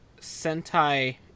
Sentai